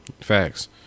facts